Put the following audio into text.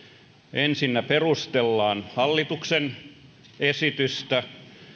ensinnä perustellaan hallituksen esitystä